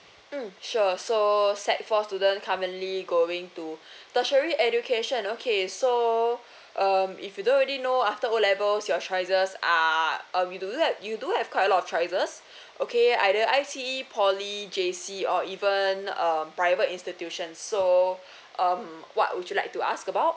mm sure so S_E_C four student currently going to tertiary education okay so um if you don't really know after O levels your choices are uh we do you have you do have quite a lot of choices okay either I_C_E poly J_C or even um private institutions so um what would you like to ask about